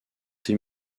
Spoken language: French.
tes